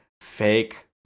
fake